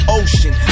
ocean